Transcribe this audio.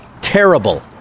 terrible